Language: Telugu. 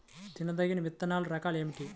తినదగిన విత్తనాల రకాలు ఏమిటి?